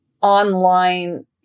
online